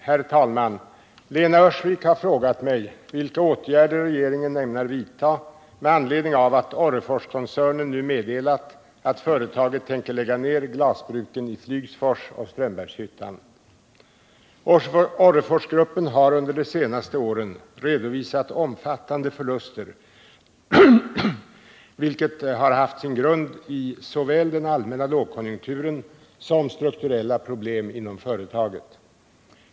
Herr talman! Lena Öhrsvik har frågat mig vilka åtgärder regeringen ämnar vidta med anledning av att Orreforskoncernen nu meddelat att företaget tänker lägga ned glasbruken i Flygsfors och Strömbergshyttan. Orreforsgruppen har under de senaste åren redovisat omfattande förluster, vilket har haft sin grund i såväl den allmänna lågkonjunkturen som strukturella problem inom företaget.